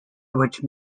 which